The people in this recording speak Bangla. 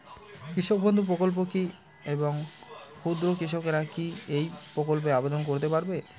কৃষক বন্ধু প্রকল্প কী এবং ক্ষুদ্র কৃষকেরা কী এই প্রকল্পে আবেদন করতে পারবে?